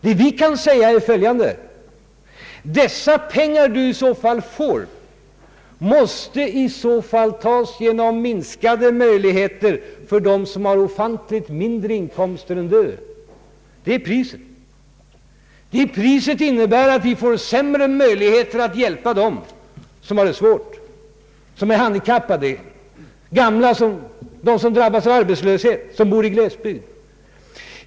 Vad vi kan säga är följande: ”Dessa pengar som du i så fall får måste tas genom minskade möjligheter för dem som har ofantligt mycket lägre inkomster än du.” Det är priset. Det priset innebär att vi får sämre möjligheter att hjälpa dem som har det svårt, som är handikappade, gamla, dem som drabbas av arbetslöshet, som bor i glesbygd.